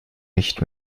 nicht